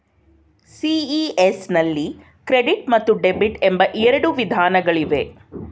CES ನಲ್ಲಿ credit ಮತ್ತು debit ಎಂಬ ಎರಡು ವಿಧಾನಗಳಿವೆ